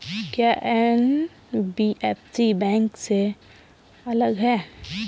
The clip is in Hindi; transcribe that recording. क्या एन.बी.एफ.सी बैंक से अलग है?